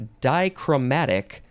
dichromatic